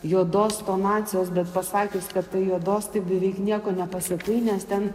juodos komacijos bet pasakius kad tai juodos tai beveik nieko nepasakai nes ten